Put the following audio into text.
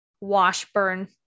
Washburn